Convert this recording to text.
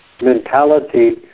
mentality